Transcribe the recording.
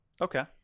Okay